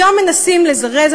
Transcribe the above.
היום מנסים לזרז,